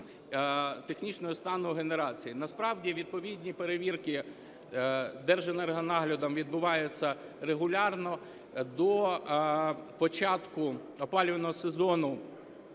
технічного стану генерації. Насправді відповідні перевірки Держенергонаглядом відбуваються регулярно. До початку опалювального сезону